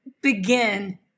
begin